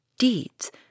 deeds